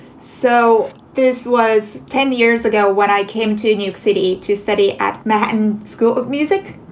so this was ten years ago when i came to new york city to study at manhattan school of music.